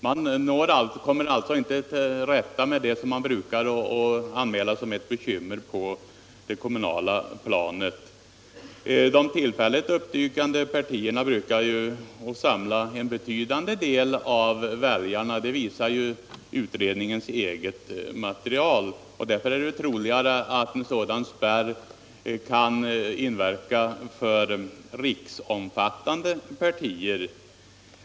Man kommer alltså inte till rätta med det som man brukar anmäla som ett bekymmer på det kommunala planet. De tillfälligt uppdykande partierna samlar ju ofta en betydande del av väljarna, det visar utredningens eget material. Därför är det troligare att en sådan spärr kan inverka på riksomfattande partier.